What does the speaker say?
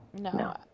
No